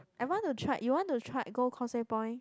I want to try you want to try go Causeway Point